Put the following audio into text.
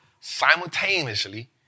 simultaneously